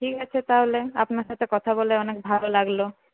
ঠিক আছে তাহলে আপনার সঙ্গে কথা বলে অনেক ভালো লাগলো